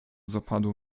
zapadło